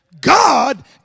God